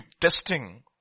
testing